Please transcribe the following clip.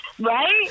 Right